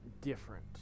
different